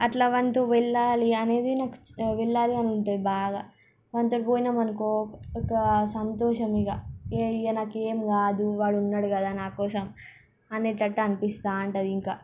అట్లా వానితో వెళ్ళాలి అనేది నాకు వెళ్ళాలి అని ఉంటుంది బాగా వానితో పోయాము అనుకో ఒక సంతోషం ఇక నాకేం కాదు వాడు ఉన్నాడు కదా నాకోసం అనేటట్టు అనిపిస్తూ ఉంటుంది ఇక